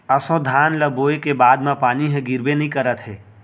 ऑसो धान ल बोए के बाद म पानी ह गिरबे नइ करत हे